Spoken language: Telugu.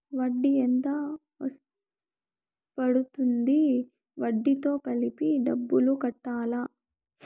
వడ్డీ ఎంత పడ్తుంది? వడ్డీ తో కలిపి డబ్బులు కట్టాలా?